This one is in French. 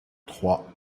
trois